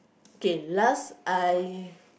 K last I